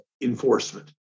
enforcement